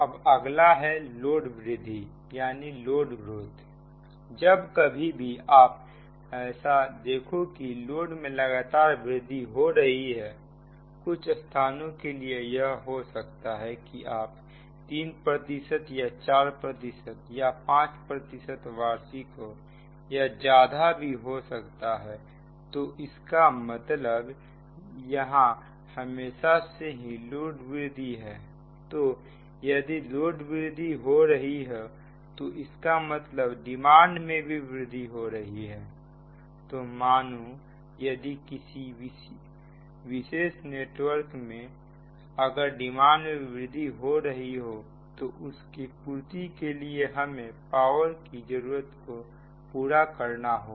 अब अगला है लोड वृद्धि जब कभी भी आप ऐसा देखो कि लोड में लगातार वृद्धि हो रही हो कुछ स्थानों के लिए यह हो सकता है कि वह 3 या 4 या 5 वार्षिक हो या ज्यादा भी हो सकता है तो इसका मतलब यहां हमेशा से ही लोड वृद्धि है तो यदि लोड में वृद्धि हो रही हो तो इसका मतलब डिमांड में भी वृद्धि हो रही है तो मानो यदि किसी विशेष नेटवर्क में अगर डिमांड में वृद्धि हो रही हो तो उसके पूर्ति के लिए हमें पावर की जरूरतों को पूरा करना होगा